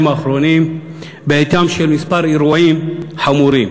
האחרונים בעטיים של כמה אירועים חמורים,